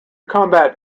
combat